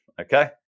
okay